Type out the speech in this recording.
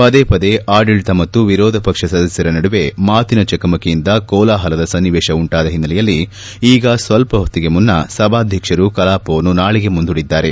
ಪದೇ ಪದೇ ಆಡಳತ ಮತ್ತು ವಿರೋಧ ಪಕ್ಷ ಸದಸ್ಟರ ನಡುವೆ ಮಾತಿನ ಚಕಮಕಿಯಿಂದ ಕೋಲಾಹಲದ ಸನ್ನಿವೇಶ ಉಂಟಾದ ಹಿನ್ನೆಲೆಯಲ್ಲಿ ಈಗ ಸ್ವಲ್ಪ ಹೊತ್ತಿಗೆ ಮುನ್ನ ಸಭಾಧ್ವಕ್ಷರು ಕಲಾಪವನ್ನು ನಾಳೆಗೆ ಮುಂದೂಡಿದ್ದಾರೆ